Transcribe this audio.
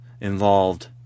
involved